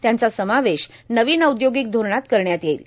त्यांचा समावेश नवीन औद्योोगक धोरणात करण्यात येईल